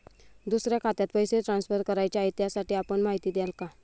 दुसऱ्या खात्यात पैसे ट्रान्सफर करायचे आहेत, त्यासाठी आपण माहिती द्याल का?